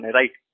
right